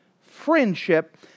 friendship